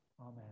Amen